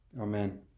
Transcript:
Amen